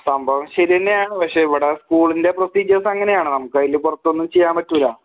സംഭവം ശരി തന്നെ ആണ് പക്ഷേ ഇവിടെ സ്കൂളിൻ്റെ പ്രോസിജേർസ് അങ്ങനെ ആണ് നമുക്ക് അതിൻ്റെ പുറത്തൊന്നും ചെയ്യാൻ പറ്റില്ല